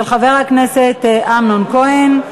של חבר הכנסת אמנון כהן.